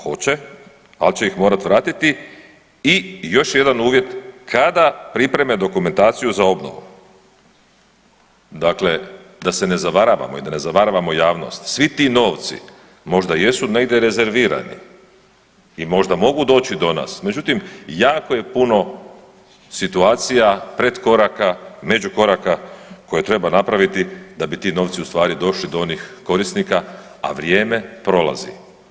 Hoće, ali će ih morat vratiti i još jedan uvjet, kada pripreme dokumentaciju za obnovu, dakle da se ne zavaravamo i da ne zavaravamo javnost, svi ti novci možda jesu negdje rezervirani i možda mogu doći do nas, međutim jako je puno situacija pretkoraka, međukoraka, koje treba napraviti da bi ti novci u stvari došli do onih korisnika, a vrijeme prolazi.